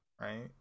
right